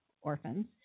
orphans